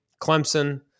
Clemson